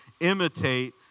imitate